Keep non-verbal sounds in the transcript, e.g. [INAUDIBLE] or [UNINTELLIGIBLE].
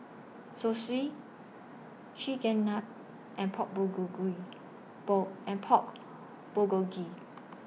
Zosui [UNINTELLIGIBLE] and Pork Bulgogi Ball and Pork Bulgogi